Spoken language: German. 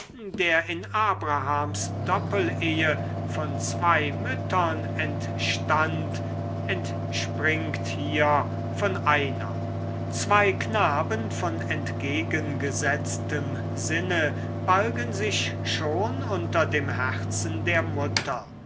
der in abrahams doppelehe von zwei müttern entstand entspringt hier von einer zwei knaben von entgegengesetztem sinne balgen sich schon unter dem herzen der mutter